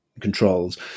controls